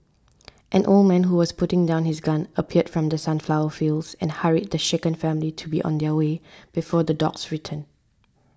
an old man who was putting down his gun appeared from the sunflower fields and hurried the shaken family to be on their way before the dogs return